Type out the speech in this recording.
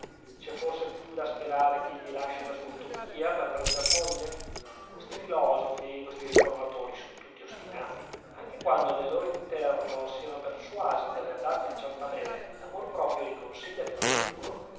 c'è forse più da sperare che egli lasci la sua utopia per prender moglie questi filosofi questi riformatori son tutti ostinati anche quando nel loro interno siano persuasi d'aver dato in ciampanelle l'amor proprio li consiglia a tener duro